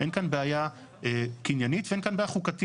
אין כאן בעיה קניינית ואין כאן בעיה חוקתית.